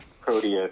Proteus